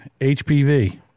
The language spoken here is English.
HPV